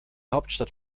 hauptstadt